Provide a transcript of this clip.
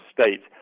state